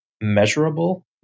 measurable